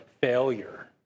failure